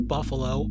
Buffalo